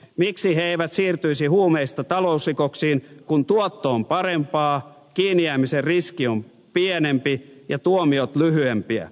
miksi he eivät siirtyisi huumeista talousrikoksiin kun tuotto on parempaa kiinnijäämisen riski on pienempi ja tuomiot lyhyempiä